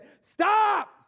stop